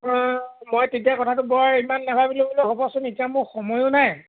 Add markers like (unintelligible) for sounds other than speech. (unintelligible) মই তেতিয়া কথাটো বৰ ইমান নেভাবিলো বুলি হ'ব চোন এতিয়া মোৰ সময়ো নাই